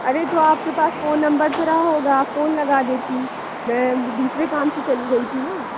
अरे तो आपके पास फ़ोन नंबर तो रहा होगा आप फ़ोन लगा देतीं मैं दूसरे काम से चली गई थी ना